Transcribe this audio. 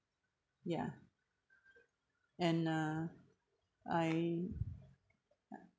ya and uh I